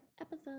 episode